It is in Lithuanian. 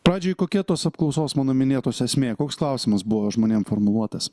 pradžiai kokia tos apklausos mano minėtos esmė koks klausimas buvo žmonėm formuluotas